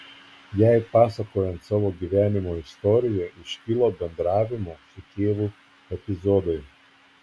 jai pasakojant savo gyvenimo istoriją iškilo bendravimo su tėvu epizodai